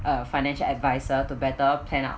a financial adviser to better plan out